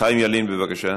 חיים ילין, בבקשה.